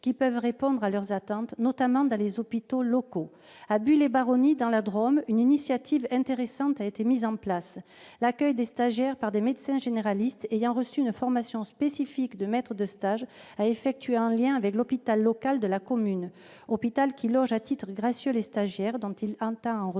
qui peuvent répondre à leurs attentes, notamment dans les hôpitaux locaux. À Buis-les-Baronnies dans la Drôme, une initiative intéressante a été mise en place : l'accueil des stagiaires par des médecins généralistes ayant reçu une formation spécifique de maître de stage s'est déroulé en lien avec l'hôpital local de la commune, hôpital qui loge à titre gracieux les stagiaires dont il attend en retour